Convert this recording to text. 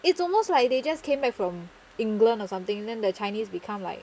it's almost like they just came back from england or something then their chinese become like